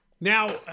Now